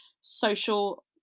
social